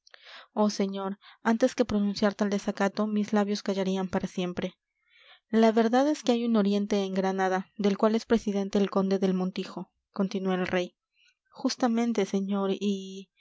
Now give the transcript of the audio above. oh señor antes que pronunciar tal desacato mis labios callarían para siempre la verdad es que hay un oriente en granada del cual es presidente el conde del montijo continuó el rey justamente señor y